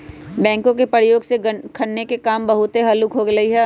backhoe के प्रयोग से खन्ने के काम बहुते हल्लुक हो गेलइ ह